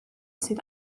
sydd